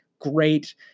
great